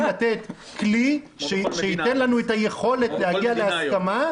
לתת כלי שייתן לנו את היכולת להגיע להסכמה.